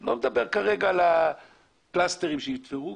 אני לא מדבר כרגע על הפלסטרים שימצאו.